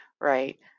right